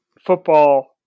Football